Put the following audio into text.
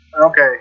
Okay